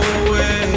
away